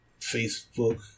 Facebook